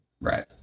Right